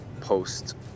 post